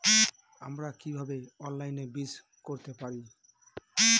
আমরা কীভাবে অনলাইনে বীজ কিনতে পারি?